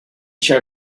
chair